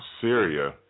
Syria